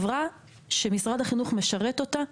כל חברה שמשרד החינוך משרת אותה,